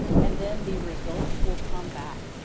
and then the results will come back.